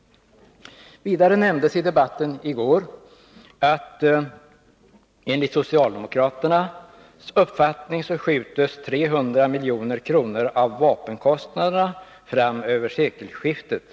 Vidare nämndes i debatten i går att enligt socialdemokraternas uppfattning skjuts 300 milj.kr. av vapenkostnaderna fram över sekelskiftet.